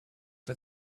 for